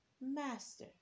Master